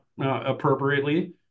appropriately